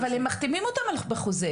אבל הם מחתימים אותם בחוזה.